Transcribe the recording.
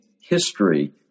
history